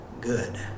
good